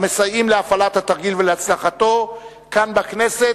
המסייעים להפעלת התרגיל ולהצלחתו כאן בכנסת,